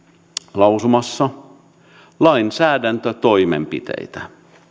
lausumassa lainsäädäntötoimenpiteitä